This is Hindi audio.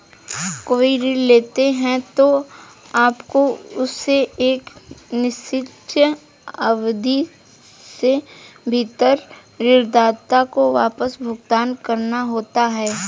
कोई ऋण लेते हैं, तो आपको उसे एक निर्दिष्ट अवधि के भीतर ऋणदाता को वापस भुगतान करना होता है